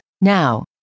Now